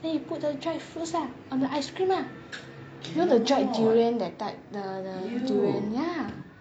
then you put the dried fruits lah on the ice cream lah you know the dried durian that type the the durian ya